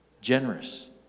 generous